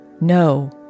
no